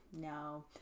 No